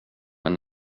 men